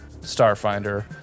Starfinder